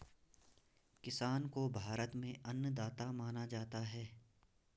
किसान को भारत में अन्नदाता माना जाता है